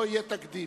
לא יהיה תקדים.